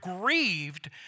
grieved